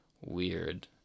weird